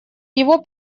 его